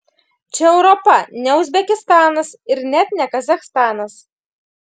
čia europa ne uzbekistanas ir net ne kazachstanas